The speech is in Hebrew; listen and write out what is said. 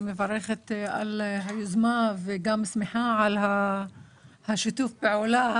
מברכת על היוזמה וגם שמחה על שיתוף הפעולה.